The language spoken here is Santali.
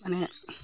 ᱢᱟᱱᱮ